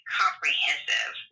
comprehensive